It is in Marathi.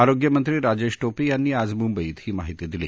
आरोग्यमंत्री राजेश टोपे यांनी आज मुंबईत ही माहिती दिली